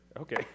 Okay